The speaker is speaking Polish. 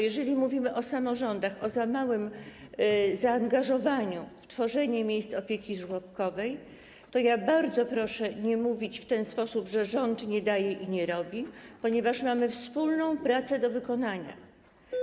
Jeżeli mówimy o samorządach, o za małym zaangażowaniu w tworzenie miejsc opieki żłobkowej, to bardzo proszę nie mówić w ten sposób, że rząd nie daje i nie robi, ponieważ mamy wspólną pracę do wykonania